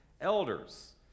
elders